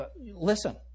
Listen